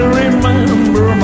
remember